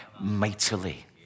mightily